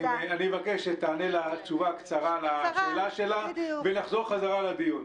אני מבקש שתענה לה תשובה קצרה על השאלה שלה ונחזור חזרה לדיון.